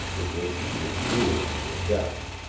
it was to be a duel to the death.